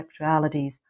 sexualities